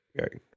Okay